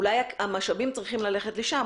אולי המשאבים צריכים ללכת לשם,